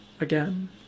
again